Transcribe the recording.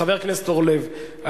חבר הכנסת אורלב,